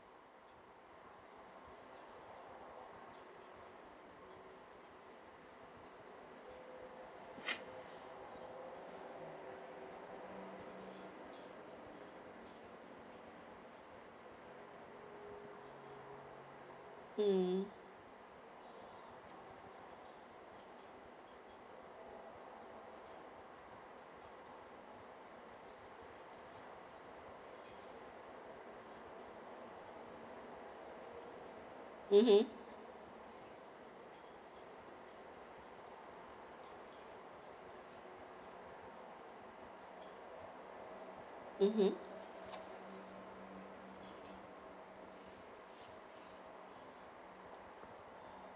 mm mmhmm mmhmm